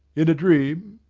in a dream?